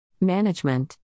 Management